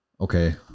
Okay